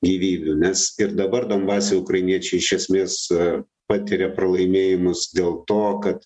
gyvybių nes ir dabar donbase ukrainiečiai iš esmės e patiria pralaimėjimus dėl to kad